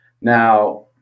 Now